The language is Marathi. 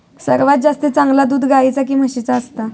सर्वात जास्ती चांगला दूध गाईचा की म्हशीचा असता?